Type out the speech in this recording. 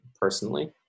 personally